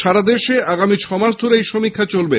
সারা দেশে আগামী ছমাস ধরে এই সমীক্ষা চলবে